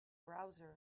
browser